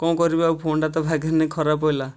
କଁ କରିବା ଆଉ ଫୋନ୍ଟା ତ ଭାଗ୍ୟରେ ନାହିଁ ଖରାପ୍ ପଡ଼ିଲା